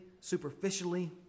superficially